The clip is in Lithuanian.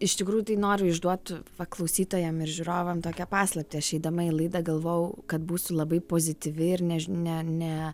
iš tikrųjų tai noriu išduot va klausytojam ir žiūrovam tokią paslaptį aš eidama į laidą galvojau kad būsiu labai pozityvi ir neži ne ne